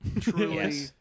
Truly